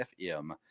FM